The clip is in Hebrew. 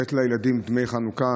לתת לילדים דמי חנוכה.